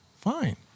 Fine